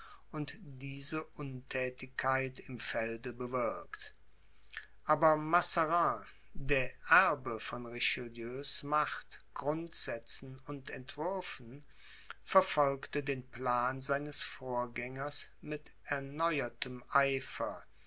und diese unthätigkeit im felde bewirkt aber mazarin der erbe von richelieus macht grundsätzen und entwürfen verfolgte den plan seines vorgängers mit erneuertem eifer